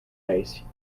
ice